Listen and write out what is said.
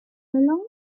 along